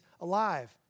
alive